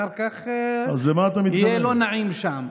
אחר כך יהיה לא נעים שם.